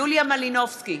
יוליה מלינובסקי,